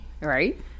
Right